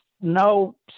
no